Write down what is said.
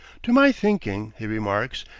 to my thinking, he remarks,